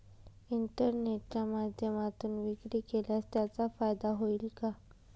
इंटरनेटच्या माध्यमातून विक्री केल्यास त्याचा फायदा होईल का?